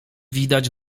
widać